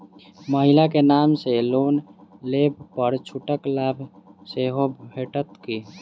महिला केँ नाम सँ लोन लेबऽ पर छुटक लाभ सेहो भेटत की?